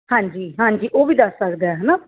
ਹਾਂਜੀ ਹਾਂਜੀ ਉਹ ਵੀ ਦੱਸ ਸਕਦਾ ਹੈ ਨਾ